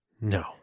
No